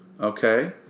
okay